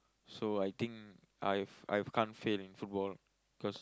so I think I've I can't fail in football because